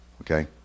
okay